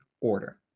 order